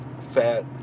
fat